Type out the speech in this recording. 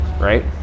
Right